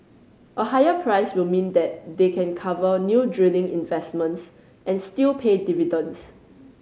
a higher price will mean that they can cover new drilling investments and still pay dividends